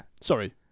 Sorry